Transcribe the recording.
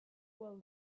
while